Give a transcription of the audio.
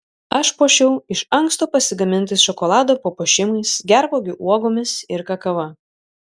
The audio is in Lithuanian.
aš puošiau iš anksto pasigamintais šokolado papuošimais gervuogių uogomis ir kakava